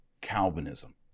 Calvinism